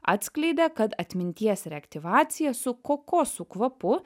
atskleidė kad atminties reaktyvacija su kokosų kvapu